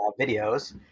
videos